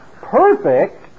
perfect